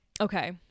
Okay